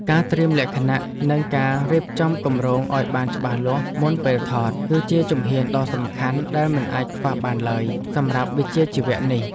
ការត្រៀមលក្ខណៈ និងការរៀបចំគម្រោងឱ្យបានច្បាស់លាស់មុនពេលថត គឺជាជំហានដ៏សំខាន់ដែលមិនអាចខ្វះបានឡើយសម្រាប់វិជ្ជាជីវៈនេះ។